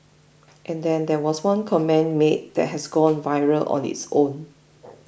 and then there was one comment made that has gone viral on its own